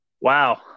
wow